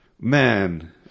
Man